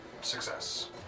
Success